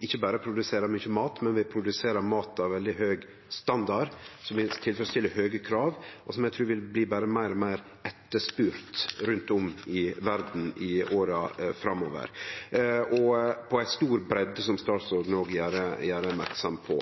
ikkje berre produserer mykje mat, men mat av veldig høg standard, som tilfredsstiller høge krav, og som eg trur berre vil bli meir og meir etterspurt rundt om i verda i åra framover. Det er stor breidde her, som statsråden òg gjer merksam på.